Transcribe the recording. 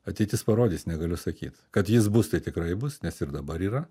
ateitis parodys negaliu sakyt kad jis bus tai tikrai bus nes ir dabar yra